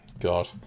God